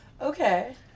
Okay